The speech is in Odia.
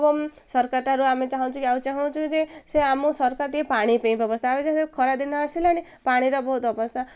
ଏବଂ ସରକାର ଠାରୁ ଆମେ ଚାହୁଁଚୁ ଆଉ ଚାହୁଁଛୁ ଯେ ସେ ଆମକୁ ସରକାର ଟିିକେ ପାଣି ପାଇଁ ବ୍ୟବସ୍ଥା ଖରାଦିନ ଆସିଲାଣି ପାଣିର ବହୁତ ଅବସ୍ଥା